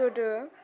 गोदो